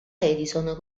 edison